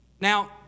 Now